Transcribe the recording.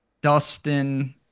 Dustin